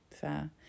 fair